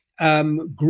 Group